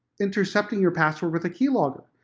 intercepting your password with a keylogger.